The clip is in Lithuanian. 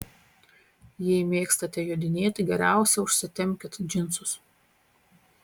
jei mėgstate jodinėti geriausia užsitempkit džinsus